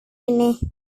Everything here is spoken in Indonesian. ini